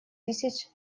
тысяч